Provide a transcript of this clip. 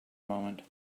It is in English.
moment